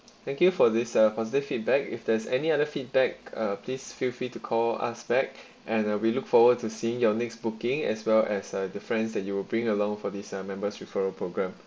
thank you for this uh positive feedback if there's any other feedback uh please feel free to call us back and uh we look forward to seeing your next booking as well as uh the friends that you will bring along for this uh members referral program